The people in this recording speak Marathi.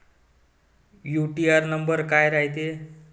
यू.टी.आर नंबर काय रायते?